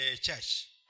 church